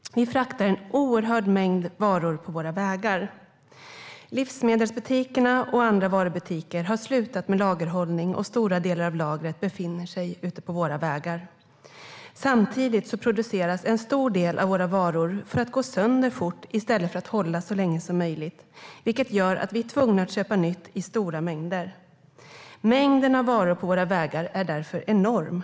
Vi fraktar en oerhörd mängd varor på våra vägar. Livsmedelsbutikerna och andra varubutiker har slutat med lagerhållning, och stora delar av lagret befinner sig ute på våra vägar. Samtidigt produceras en stor del av våra varor för att gå sönder fort i stället för att hålla så länge som möjligt, vilket gör att vi är tvungna att köpa nytt i stora mängder. Mängden varor på våra vägar är därför enorm.